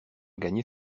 gagner